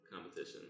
competition